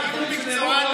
אם הוא מקצוען,